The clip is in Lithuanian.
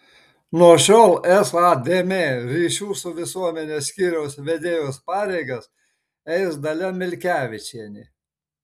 nuo šiol sadm ryšių su visuomene skyriaus vedėjos pareigas eis dalia milkevičienė